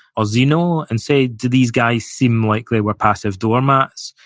or zeno, and say, do these guys seem like they were passive doormats?